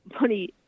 money